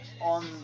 on